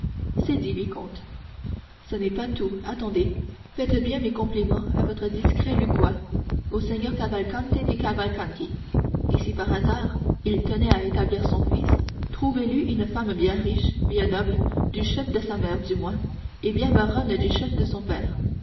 c'est dit vicomte ce n'est pas tout attendez faites bien mes compliments à votre discret lucquois au seigneur cavalcante dei cavalcanti et si par hasard il tenait à établir son fils trouvez lui une femme bien riche bien noble du chef de sa mère du moins et bien baronne du chef de son père